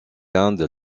end